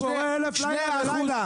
סיפורי אלף לילה ולילה.